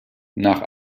nach